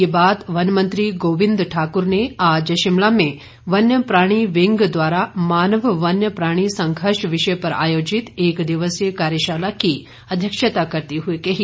ये बात वन मंत्री गोविंद ठाकुर ने आज शिमला में वन्य प्राणी विंग द्वारा मानव वन्य प्राणी संघर्ष विषय पर आयोजित एक दिवसीय कार्यशाला की अध्यक्षता करते हुए कही